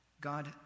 God